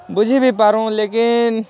ବୁଝି ବି ପାରୁ ଲେକିନ୍